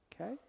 okay